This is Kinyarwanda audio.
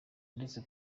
ndetse